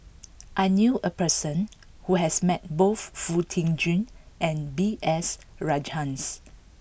I knew a person who has met both Foo Tee Jun and B S Rajhans